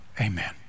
Amen